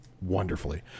Wonderfully